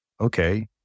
okay